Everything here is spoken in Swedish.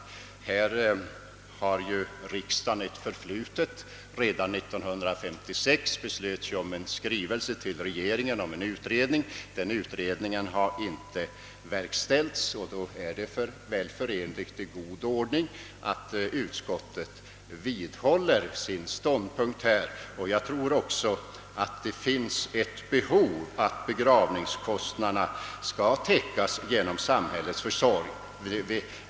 Riksdagen har ju på denna punkt ett förflutet. Redan år 1956 begärde nämligen riksdagen i skrivelse till Kungl. Maj:t en utredning om de nu aktuella frågorna. Denna utredning har inte verkställts, och det torde därför vara förenligt med god ordning att utskottet nu vidhåller sin ståndpunkt. Jag tror också att det föreligger ett behov av att begravningskostnaderna tläckes genom samhällets försorg.